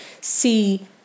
see